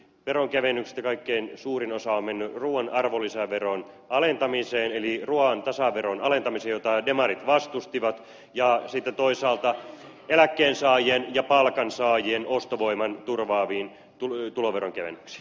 veronkevennyksistä kaikkein suurin osa on mennyt ruuan arvonlisäveron alentamiseen eli ruuan tasaveron alentamiseen jota demarit vastustivat ja sitten toisaalta eläkkeensaajien ja palkansaajien ostovoiman turvaaviin tuloveron kevennyksiin